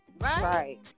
Right